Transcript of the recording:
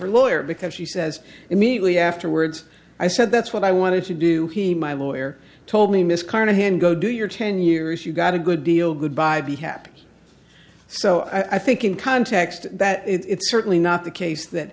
her lawyer because she says immediately afterwards i said that's what i wanted to do he my lawyer told me miss carnahan go do your ten years you got a good deal good bye be happy so i think in context that it's certainly not the case that